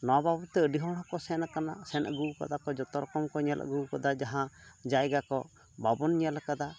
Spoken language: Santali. ᱱᱚᱣᱟ ᱵᱟᱚᱫᱽᱛᱮ ᱟᱹᱰᱤ ᱦᱚᱲᱠᱚ ᱥᱮᱱ ᱟᱠᱟᱱᱟ ᱥᱮᱱ ᱟᱹᱜᱩ ᱟᱠᱟᱫᱟ ᱠᱚ ᱡᱚᱛᱚ ᱨᱚᱠᱚᱢ ᱠᱚ ᱧᱮᱞ ᱟᱹᱜᱩ ᱟᱠᱟᱫᱟ ᱡᱟᱦᱟᱸ ᱡᱟᱭᱜᱟᱠᱚ ᱵᱟᱱᱚᱵ ᱧᱮᱞ ᱟᱠᱟᱫᱟ